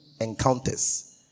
Encounters